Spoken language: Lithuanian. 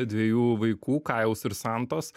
dviejų vaikų kajaus ir santos